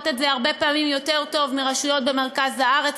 את זה הרבה פעמים יותר טוב מרשויות במרכז הארץ,